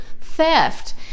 theft